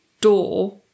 door